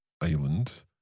island